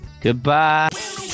Goodbye